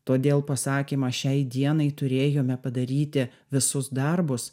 todėl pasakymą šiai dienai turėjome padaryti visus darbus